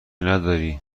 نداری